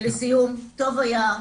לסיום, טוב היה,